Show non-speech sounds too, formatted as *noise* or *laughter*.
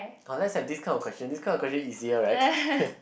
orh let's have this kind of question this kind of question easier right *laughs*